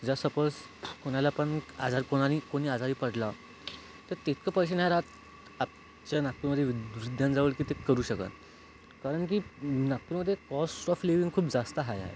जर सपोज कुणाला पण आजारपणाने कुणी आजारी पडलं तर तितकं पैसे नाही राहत आजच्या नागपूरमध्ये वृद्धांजवळ की ते करू शकत कारण की नागपूरमध्ये कॉस्ट ऑफ लिविंग खूप जास्त हाय आहे